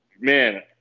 man